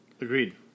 Agreed